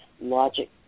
logic